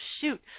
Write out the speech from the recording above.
shoot